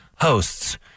hosts